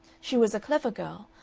she was a clever girl,